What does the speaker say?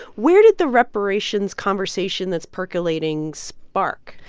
where did the reparations conversation that's percolating spark?